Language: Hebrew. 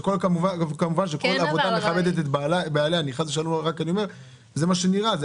כמובן כל עבודה מכבדת את בעליה, אבל כך נראה.